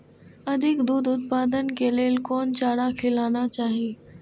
अधिक दूध उत्पादन के लेल कोन चारा खिलाना चाही?